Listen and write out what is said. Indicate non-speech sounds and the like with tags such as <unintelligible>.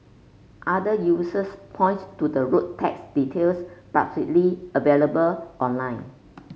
other users point to the road tax details <unintelligible> available online